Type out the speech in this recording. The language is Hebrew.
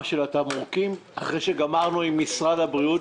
של התמרוקים אחרי שגמרנו עם משרד הבריאות?